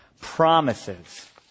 promises